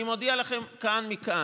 אני מודיע לכם מכאן: